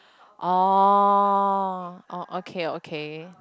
oh oh okay okay